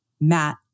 Matt